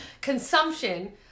Consumption